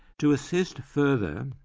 to assist further,